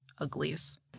uglies